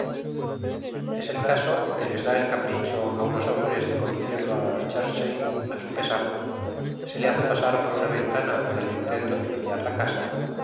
es el caso que les dá el capricho á unos hombres de conducirlo á chertsey á su pesar se le hace pasar por una ventana con el intento de pillar la casa y